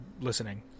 listening